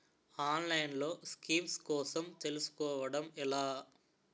ఆన్లైన్లో స్కీమ్స్ కోసం తెలుసుకోవడం ఎలా?